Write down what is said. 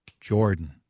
Jordan